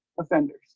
offenders